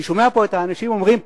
אני שומע פה את האנשים אומרים,